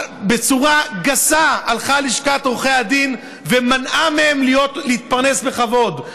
בצורה גסה הלכה לשכת עורכי הדין ומנעה מהם להתפרנס בכבוד,